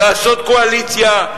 לעשות קואליציה,